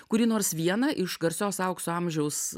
kurį nors vieną iš garsios aukso amžiaus